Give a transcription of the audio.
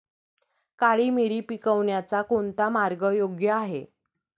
काळी मिरी पिकवण्याचा कोणता मार्ग योग्य आहे?